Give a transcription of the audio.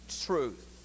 truth